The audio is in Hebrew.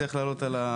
אלף,